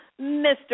Mr